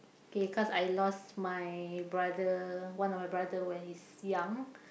K cause I lost my brother one of my brother when he's young